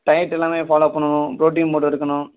diet எல்லாம் follow பண்ணணும் protein food எடுக்கணும்